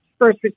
first